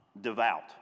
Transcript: devout